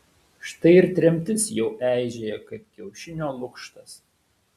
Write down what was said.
štai ir tremtis jau eižėja kaip kiaušinio lukštas